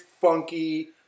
funky